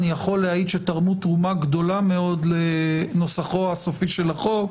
אני יכול להעיד שתרמו תרומה גדולה מאוד לנוסחו הסופי של החוק,